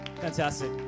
Fantastic